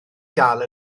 dal